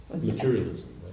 Materialism